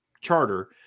charter